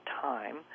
time